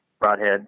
broadhead